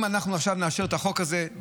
אם אנחנו נאשר את החוק הזה עכשיו,